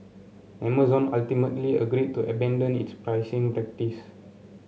Amazon ultimately agreed to abandon its pricing practice